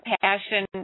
passion